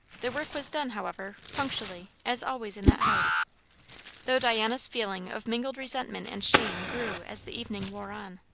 the work was done, however, punctually, as always in that house though diana's feeling of mingled resentment and shame grew as the evening wore on.